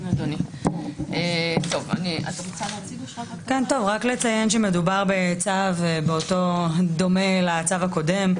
אני אציין שמדובר בצו דומה לצו הקודם.